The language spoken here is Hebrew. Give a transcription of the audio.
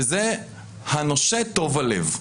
והוא הנושה טוב הלב.